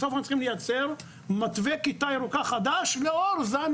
בסוף אנחנו צריכים לייצר מתווה כיתה ירוקה חדש וזאת לאור זן